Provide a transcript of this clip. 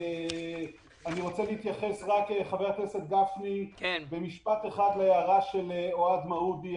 אני רוצה להתייחס במשפט אחד להערה של אוהד מעודי,